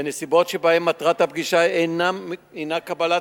בנסיבות שבהן מטרת הפגישה אינה קבלת